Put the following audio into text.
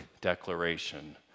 declaration